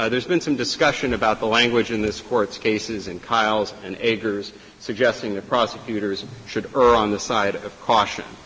ah there has been some discussion about the language in this court's cases in kyles and agurs suggesting that prosecutors should err on the side of caution.